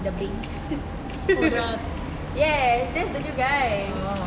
the bing for the ya that's the new guy